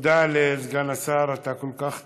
תודה לסגן השר, אתה כל כך צודק.